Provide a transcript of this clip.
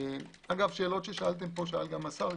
שאלות ששאלתם פה, שאל גם השר.